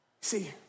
See